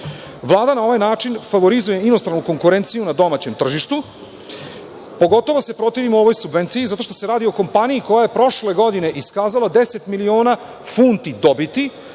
na ovaj način favorizuje inostranu konkurenciju na domaćem tržištu. Pogotovo se protivimo ovoj subvenciji zato što se radi o kompaniji koja je prošle godine iskazala deset miliona funti dobiti,